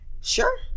sure